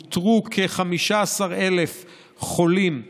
אותרו כ-15,000 חולים חדשים,